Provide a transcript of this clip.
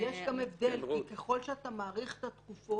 יש גם הבדל, כי ככל שאתה מאריך את התקופות,